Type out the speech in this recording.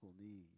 need